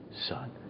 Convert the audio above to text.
Son